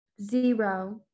zero